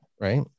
right